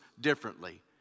differently